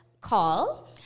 call